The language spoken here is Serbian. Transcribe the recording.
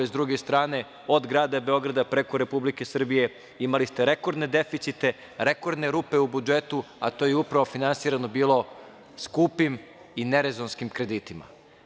S druge strane, od grada Beograda preko Republike Srbije imali ste rekordne deficite, rekordne rupe u budžetu, a to je upravo bilo finansirano skupim i nerezonskim kreditima.